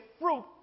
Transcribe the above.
fruit